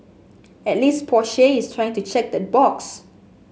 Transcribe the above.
at least Porsche is trying to check that box